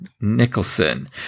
Nicholson